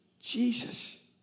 Jesus